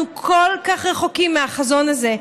אנחנו כל כך רחוקים מהחזון הזה.